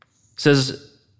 says